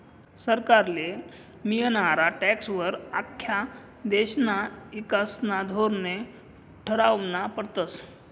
सरकारले मियनारा टॅक्सं वर आख्खा देशना ईकासना धोरने ठरावना पडतस